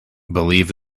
believe